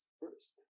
first